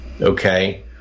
Okay